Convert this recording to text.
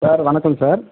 sir வணக்கம் sir